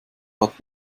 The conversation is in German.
hat